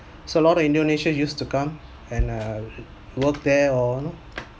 so lot of indonesians used to come and uh work there or you know